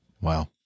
Wow